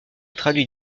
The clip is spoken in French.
traduit